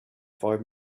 five